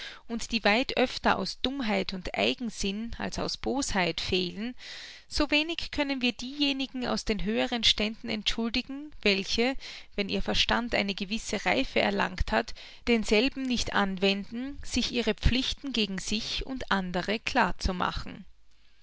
und die weit öfter aus dummheit und eigensinn als aus bosheit fehlen so wenig können wir diejenigen aus den höheren ständen entschuldigen welche wenn ihr verstand eine gewisse reife erlangt hat denselben nicht anwenden sich ihre pflichten gegen sich und andere